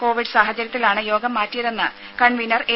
Covid സാഹചര്യത്തിലാണ് യോഗം മാറ്റിയതെന്ന് കൺവീനർ എ